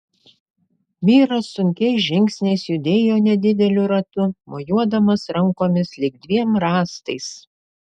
vyras sunkiais žingsniais judėjo nedideliu ratu mojuodamas rankomis lyg dviem rąstais